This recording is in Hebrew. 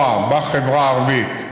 והיום פניתי לשר האוצר בבקשה להקפיא את המינוי